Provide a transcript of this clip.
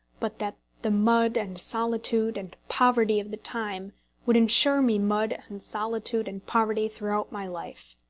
but that the mud and solitude and poverty of the time would insure me mud and solitude and poverty through my life.